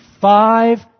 Five